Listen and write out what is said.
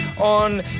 on